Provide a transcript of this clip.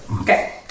Okay